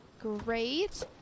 Great